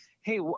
hey